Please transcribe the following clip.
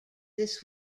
this